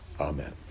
Amen